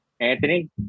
Anthony